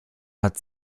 hat